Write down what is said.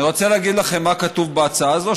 אני רוצה להגיד לכם מה כתוב בהצעה הזאת,